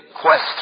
quest